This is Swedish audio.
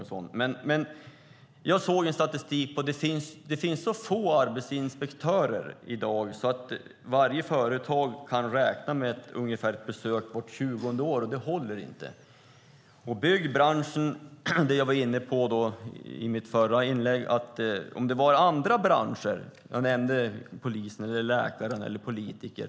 Men jag såg en statistik på att det finns så få arbetsmiljöinspektörer i dag att varje företag kan räkna med ungefär ett besök vart tjugonde år, och det håller inte. Jag nämnde i mitt förra inlägg andra yrkesgrupper som poliser, läkare och politiker.